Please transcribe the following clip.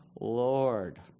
Lord